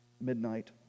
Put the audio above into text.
midnight